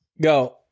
go